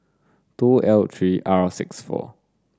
two L three R six four